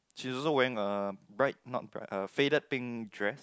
she also wearing a bright not bright her faded pink dress